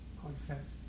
confess